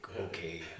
okay